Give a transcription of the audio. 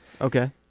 Okay